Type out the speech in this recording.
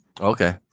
Okay